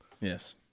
Yes